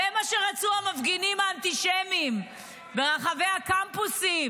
--- זה מה שרצו המפגינים האנטישמים ברחבי הקמפוסים.